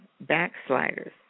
backsliders